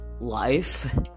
life